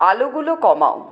আলোগুলো কমাও